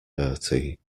bertie